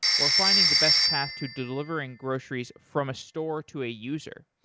or finding the best path to delivering groceries from a store to a user,